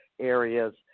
areas